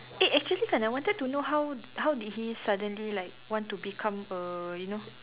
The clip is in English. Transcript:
eh actually kan I wanted to know how how did he suddenly like want to become a you know